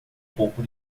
pouco